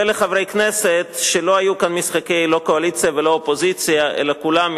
ולחברי הכנסת על שלא היו כאן משחקי לא קואליציה ולא אופוזיציה אלא כולם,